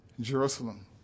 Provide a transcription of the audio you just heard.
Jerusalem